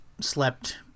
slept